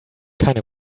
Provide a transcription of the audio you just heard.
keine